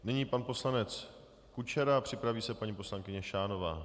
Nyní pan poslanec Kučera, připraví se paní poslankyně Šánová.